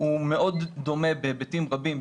הוא מאוד דומה בהיבטים רבים,